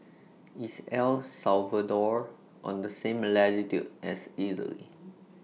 IS El Salvador on The same latitude as Italy